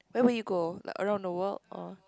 where will you go like around the world or